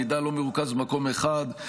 המידע אינו מרוכז במקום אחד,